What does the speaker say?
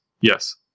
Yes